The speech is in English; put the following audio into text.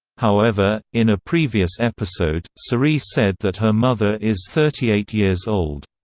however, in a previous episode, cerie said that her mother is thirty eight years old.